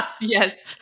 Yes